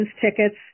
tickets